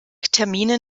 termine